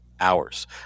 hours